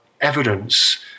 evidence